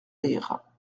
rire